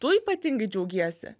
tu ypatingai džiaugiesi